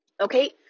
Okay